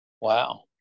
Wow